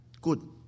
Good